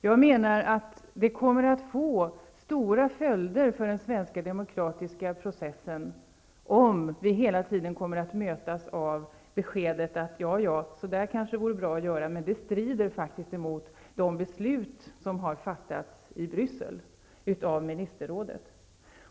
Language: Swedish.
Jag menar att det kommer att få stora följder för den svenska demokratiska processen om vi hela tiden kommer att mötas av besked att våra beslut strider mot de beslut som har fattats av ministerrådet i Bryssel.